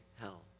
hell